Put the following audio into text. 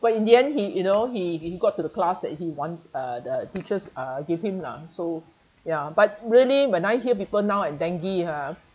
but in the end he you know he he got to the class that he want uh the teachers uh give him lah so ya but really when I hear people now and dengue ha